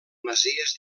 masies